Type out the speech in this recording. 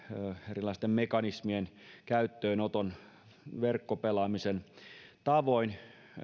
erilaisten mekanismien käyttöönoton verkkopelaamisen tavoin